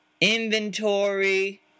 inventory